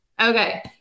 Okay